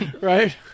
right